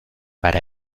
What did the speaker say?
para